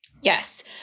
Yes